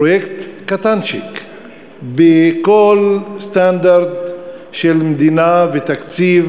פרויקט קטנצ'יק בכל סטנדרט של מדינה ותקציב